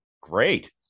Great